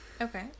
Okay